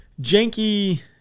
janky